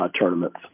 tournaments